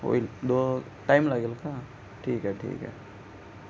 होईल दो टाईम लागेल का ठीक आहे ठीक आहे